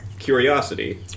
Curiosity